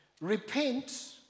repent